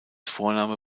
vorname